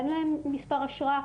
אין להם מספר אשרה,